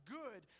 good